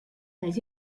weiß